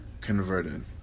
converted